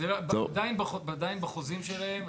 עדיין בחוזים שלהם,